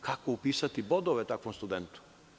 Kako upisati bodove takvom studentu?